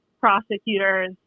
prosecutors